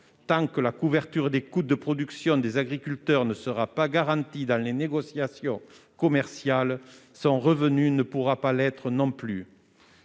tant que la couverture des coûts de production des agriculteurs ne sera pas garantie dans les négociations commerciales, leur revenu ne pourra pas l'être non plus.